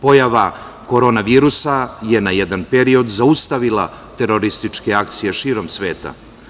Pojava korona virusa je na jedan period zaustavila terorističke akcije širom sveta.